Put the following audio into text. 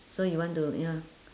so you want to ya